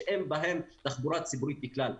שאין בהן תחבורה ציבורית בכלל.